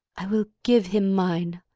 i will give him mine.